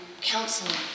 counseling